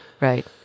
right